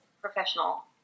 professional